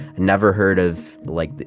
never heard of, like,